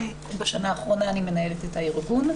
בשנה האחרונה אני מנהלת את הארגון,